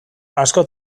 asko